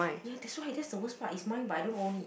ya that's why that's the worst part it's mine but I don't own it